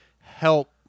help